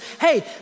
hey